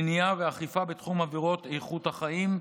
מניעה ואכיפה בתחום עבירות איכות החיים,